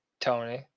Tony